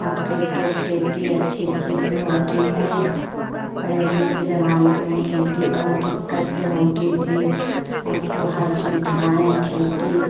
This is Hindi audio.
अब के तो खेती अच्छी अच्छी से होती है पहले के ज़माने में खेती बहुत दिक़्क़त से होती थी अब तो हर सुविधाएँ खेती